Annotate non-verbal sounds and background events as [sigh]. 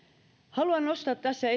haluan nostaa tässä [unintelligible]